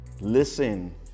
Listen